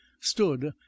stood